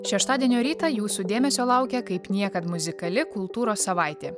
šeštadienio rytą jūsų dėmesio laukia kaip niekad muzikali kultūros savaitė